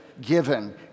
given